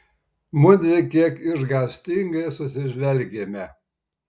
mudvi kiek išgąstingai susižvelgėme